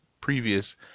previous